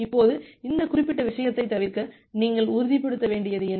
இப்போது இந்த குறிப்பிட்ட விஷயத்தைத் தவிர்க்க நீங்கள் உறுதிப்படுத்த வேண்டியது என்ன